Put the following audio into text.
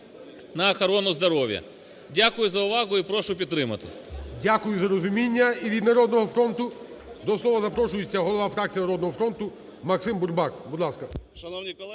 на охорони здоров'я. Дякую за увагу. І прошу підтримати. ГОЛОВУЮЧИЙ. Дякую за розуміння. І від "Народного фронту" до слова запрошується голова фракції "Народного фронту" Максим Бурбак. Будь ласка.